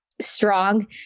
strong